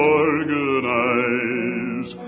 organize